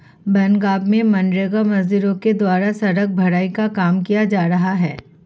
बनगाँव में मनरेगा मजदूरों के द्वारा सड़क भराई का काम किया जा रहा है